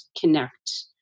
connect